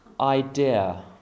idea